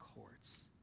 courts